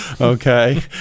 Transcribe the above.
okay